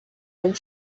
and